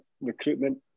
recruitment